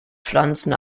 pflanzen